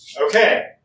Okay